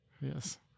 Yes